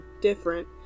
different